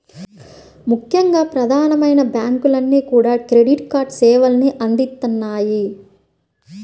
ముఖ్యంగా ప్రధానమైన బ్యాంకులన్నీ కూడా క్రెడిట్ కార్డు సేవల్ని అందిత్తన్నాయి